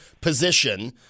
position